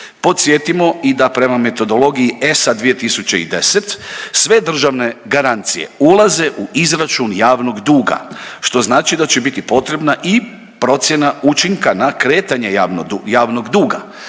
Podsjetimo i da prema metodologiji ESA 2010 sve državne garancije ulaze u izračun javnog duga što znači da će biti potrebna i procjena učinka na kretanje javnog duga.